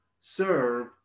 serve